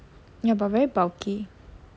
ya but very bulky